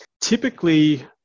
typically